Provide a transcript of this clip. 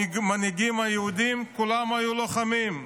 המנהיגים היהודים, כולם היו לוחמים.